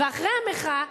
ואחרי המחאה,